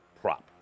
prop